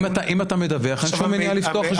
אם אתה מדווח, אין שום עניין לפתוח חשבון בחו"ל.